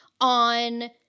on